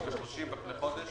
כי ב-30 בחודש